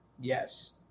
Yes